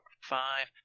five